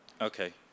Okay